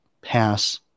pass